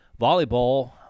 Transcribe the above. Volleyball